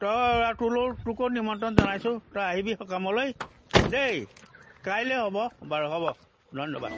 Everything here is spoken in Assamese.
তই আৰু তোলৈ তোকো নিমন্ত্ৰণ জনাইছোঁ তই আহিবি সকামলৈ দেই কাইলৈ হ'ব বাৰু হ'ব ধন্যবাদ